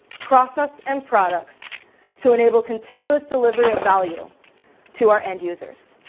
process and products to enable continuous delivery of value to our end users.